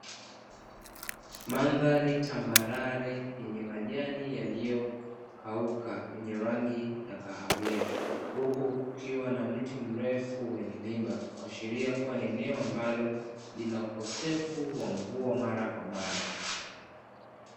Mandhari tambarare yenye majani yaliyokauka yenye rangi ya kahawia, huku kukiwa na mti mrefu wenye miba kuashiria kuwa ni eneo ambalo lina ukosefu wa mvua mara kwa mara.